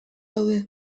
daude